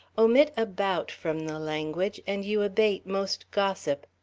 omit about from the language, and you abate most gossip.